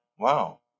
Wow